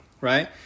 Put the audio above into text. right